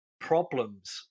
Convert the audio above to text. problems